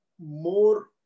more